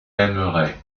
aimerait